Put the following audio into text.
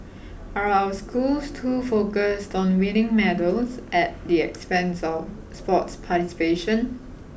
are our schools too focused on winning medals at the expense of sports participation